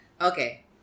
Okay